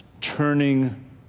turning